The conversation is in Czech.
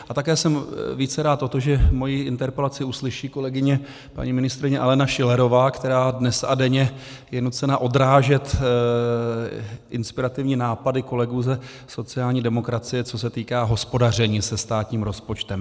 A také jsem více rád o to, že moji interpelaci uslyší kolegyně paní ministryně Alena Schillerová, která dnes a denně je nucena odrážet inspirativní nápady kolegů ze sociální demokracie, co se týká hospodaření se státním rozpočtem.